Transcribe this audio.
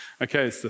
Okay